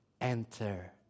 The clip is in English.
Enter